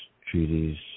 treaties